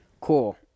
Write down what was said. cool